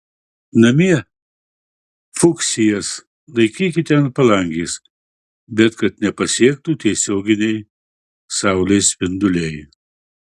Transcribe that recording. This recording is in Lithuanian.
namie fuksijas laikykite ant palangės bet kad nepasiektų tiesioginiai saulės spinduliai